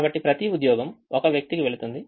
కాబట్టి ప్రతి ఉద్యోగం ఒక వ్యక్తికి వెళుతుంది